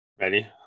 Ready